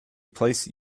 placed